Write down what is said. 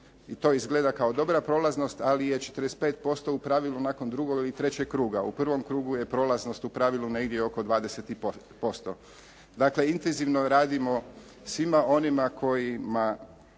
da to izgleda kao dobra prolaznost, ali je 45% u pravilu nakon drugog ili trećeg kruga. U prvom krugu je prolaznost u pravilu negdje oko 20%. Dakle, intenzivno radimo svima onima koji